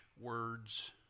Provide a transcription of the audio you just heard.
words